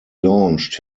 launched